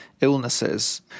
illnesses